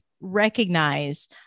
recognize